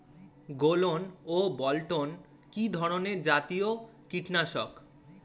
গোলন ও বলটন কি ধরনে জাতীয় কীটনাশক?